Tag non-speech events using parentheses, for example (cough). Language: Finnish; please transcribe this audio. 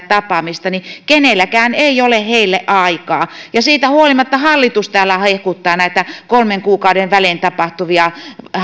(unintelligible) tapaamista niin kenelläkään ei ole heille aikaa siitä huolimatta hallitus täällä hehkuttaa näitä kolmen kuukauden välein tapahtuvia